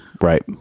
Right